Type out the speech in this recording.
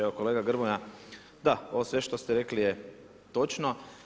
Evo kolega Grmoja, da ovo sve što ste rekli je točno.